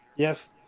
Yes